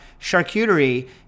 charcuterie